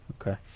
Okay